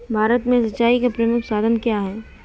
भारत में सिंचाई का प्रमुख साधन क्या है?